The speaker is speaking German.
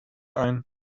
ein